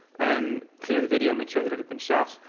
and clear the video, make sure that it had been shot,